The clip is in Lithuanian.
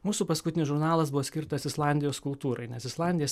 mūsų paskutinis žurnalas buvo skirtas islandijos kultūrai nes islandija